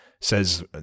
Says